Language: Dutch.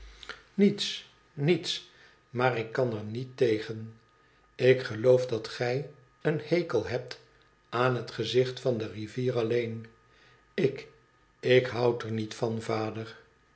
niets niets maar ik kan er niet tegen ik geloof dat gij een hekel hebt aan het gezicht van de rivier alleen ik ik houd er niet van vader